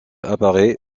apparaît